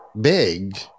big